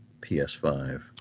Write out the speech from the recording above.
PS5